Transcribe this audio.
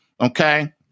okay